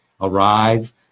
arrive